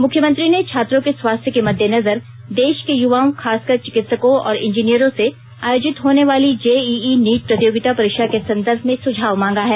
मुख्यमंत्री ने छात्रों के स्वास्थ्य के मद्देनजर देश के युवाओं खासकर चिकित्सकों और इंजीनियरों से आयोजित होने वाली जेईई नीट प्रतियोगिता परीक्षा के संदर्भ में सुझाव मांगा है